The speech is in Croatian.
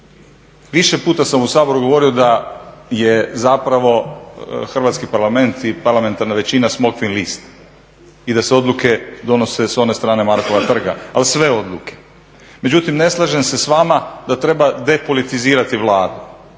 Više puta sam u Saboru govorio da je zapravo Hrvatski parlament i parlamentarna većina smokvin liste i da se odluke donose s one strane Markova trga, ali sve odluke. Međutim, ne slažem se s vama da treba depolitizirati Vladu.